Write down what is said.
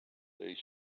they